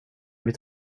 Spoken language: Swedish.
mitt